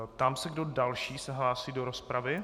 Ptám se, kdo další se hlásí do rozpravy.